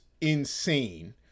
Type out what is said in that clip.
insane